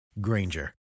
Granger